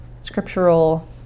scriptural